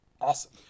awesome